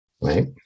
right